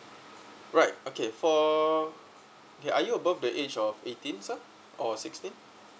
right okay for okay are you above the age of eighteen sir or sixteen